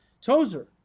Tozer